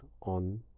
on